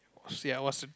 see I was